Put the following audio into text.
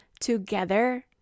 Together